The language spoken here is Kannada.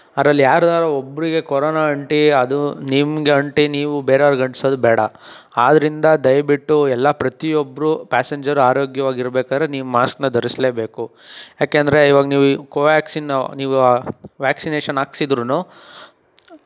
ಅದ್ರಲ್ಲಿ ಯಾರ್ದಾರ ಒಬ್ಬರಿಗೆ ಕೊರೋನಾ ಅಂಟಿ ಅದು ನಿಮಗೆ ಅಂಟಿ ನೀವು ಬೇರೆಯವರಿಗೆ ಅಂಟ್ಸದು ಬೇಡ ಆದ್ದರಿಂದ ದಯವಿಟ್ಟು ಎಲ್ಲ ಪ್ರತಿಯೊಬ್ಬರೂ ಪ್ಯಾಸೆಂಜರ್ ಆರೋಗ್ಯವಾಗಿ ಇರ್ಬೇಕಾದ್ರೆ ನೀವು ಮಾಸ್ಕನ್ನ ಧರಿಸ್ಲೇಬೇಕು ಯಾಕೆಂದರೆ ಈವಾಗ ನೀವು ಈ ಕೊವ್ಯಾಕ್ಸಿನ್ನು ನೀವು ವ್ಯಾಕ್ಸಿನೇಷನ್ ಹಾಕ್ಸಿದ್ರು